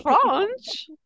france